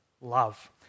love